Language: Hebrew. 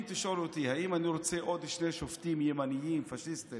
אם תשאלו אותי אם אני רוצה עוד שני שופטים ימנים פשיסטים